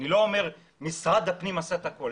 אני לא אומר שמשרד הפנים עשה את הכול,